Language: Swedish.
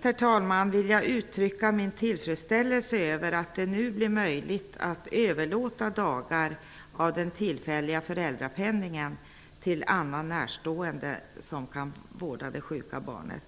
Till sist vill jag uttrycka min tillfredsställelse över att det nu blir möjligt att överlåta dagar av den tillfälliga föräldrapenningen till annan närstående som kan vårda det sjuka barnet.